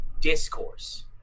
discourse